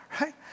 right